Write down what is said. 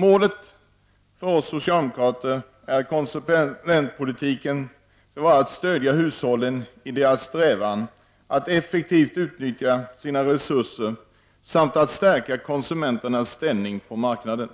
Målet för den socialdemokratiska konsumentpolitiken är att stödja hushållen i deras strävan att effektivt utnyttja sina resurser samt att stärka konsumenternas ställning på marknaden.